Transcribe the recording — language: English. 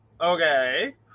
Okay